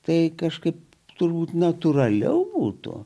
tai kažkaip turbūt natūraliau būtų